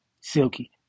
silky